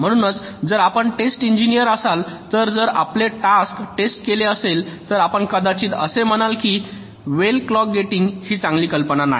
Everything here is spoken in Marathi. म्हणूनच जर आपण टेस्ट इंजिनीअर असाल तर जर आपले टास्क टेस्ट केले असेल तर आपण कदाचित असे म्हणाल की वेल क्लॉक गेटिंग ही चांगली कल्पना नाही